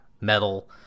metal